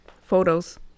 photos